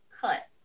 cut